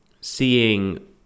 Seeing